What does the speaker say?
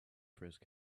frisk